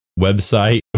website